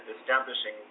establishing